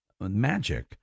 magic